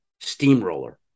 steamroller